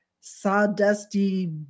sawdusty